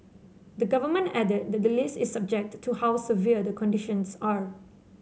the Government added that the list is subject to how severe the conditions are